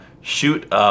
shoot